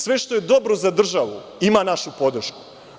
Sve što je dobro za državu ima našu podršku.